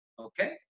Okay